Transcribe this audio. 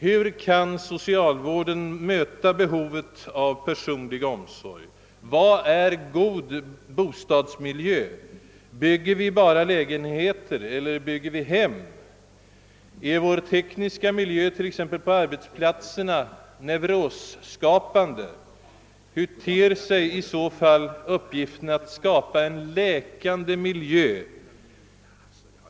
Hur kan socialvården möta behovet av personlig omsorg? Vad är god bostadsmiljö? Bygger vi bara lägenheter eller bygger vi hem? Är vår tekniska miljö, t.ex. på arbetsplatserna, nevrosskapande? Hur ter sig i så fall uppgiften att skapa en läkande miljö?